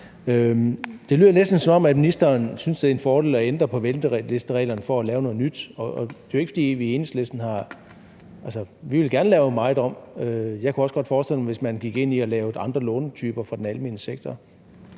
Det lyder næsten, som om ministeren synes, det er en fordel at ændre på ventelistereglerne for at lave noget nyt, og det er jo ikke, fordi vi i Enhedslisten ikke vil, vi vil gerne lavet meget om, men jeg kunne også godt forestille mig, at man gik ind i at lave andre lånetyper for den almene sektor: